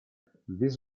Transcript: this